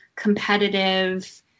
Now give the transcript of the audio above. competitive